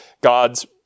God's